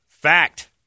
Fact